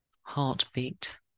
heartbeat